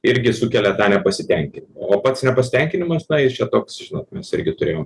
irgi sukelia tą nepasitenkinimą o pats nepasitenkinimas na jis čia toks žinot mes irgi turėjom